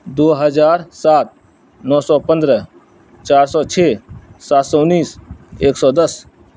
دو ہزار سات نو سو پندرہ چار سو چھ سات سو انیس ایک سو دس